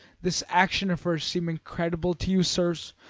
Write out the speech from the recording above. this action of hers, seem incredible to you, sirs?